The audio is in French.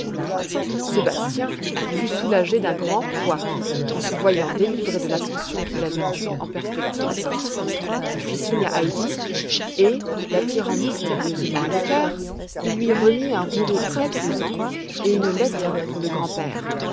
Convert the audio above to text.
sébastien fut soulagé d'un grand poids en se voyant délivré de l'ascension qu'il avait eue en perspective il fit signe à heidi et la tirant mystérieusement à l'écart il lui remit un rouleau très pesant et une lettre pour le grand-père